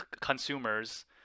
consumers